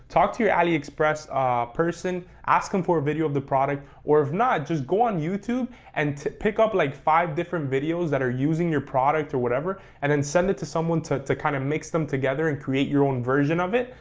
talk to your aliexpress person ask them for a video of the product or if not just go on youtube and pick up like five different videos that are using your product or whatever and then send it to someone to to kind of mix them together and create your own version of it.